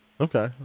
Okay